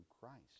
Christ